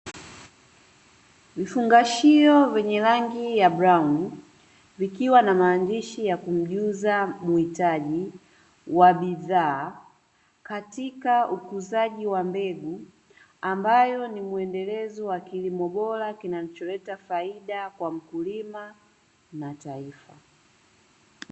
Vifungashio venye rangi ya brauni, vikiwa na maandishi ya kumjuza mwitaji wa bidhaa katika ukuzaji wa mbegu, ambayo ni mwendelezo wa kilimo bora kinacholeta faida kwa mkulima na taifa.